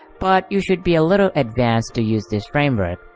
but you should be a little advanced to use this framework.